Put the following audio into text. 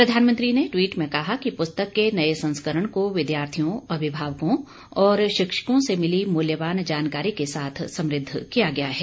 प्रधानमंत्री ने ट्वीट में कहा कि पुस्तक के नए संस्करण को विद्यार्थियों अभिभावकों और शिक्षकों से मिली मूल्यवान जानकारी के साथ समृद्ध किया गया है